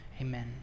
Amen